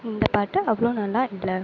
இந்தப் பாட்டு அவ்வளோ நல்லா இல்லை